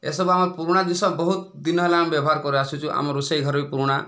ଏ ସବୁ ଆମର ପୁରୁଣା ଜିନଷ ବହୁତ ଦିନ ହେଲା ଆମେ ବ୍ୟବହାର କରି ଆସୁଛୁ ଆମ ରୋଷେଇ ଘର ବି ପୁରୁଣା